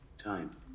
Time